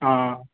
ہاں